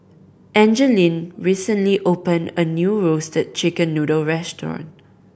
Angeline recently opened a new Roasted Chicken Noodle restaurant